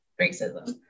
racism